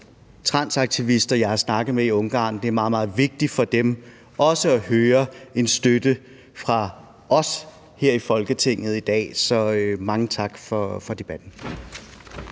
transaktivister, jeg har snakket med i Ungarn, at det er meget, meget vigtigt for dem at høre en støtte fra os her i Folketinget i dag. Så mange tak for debatten.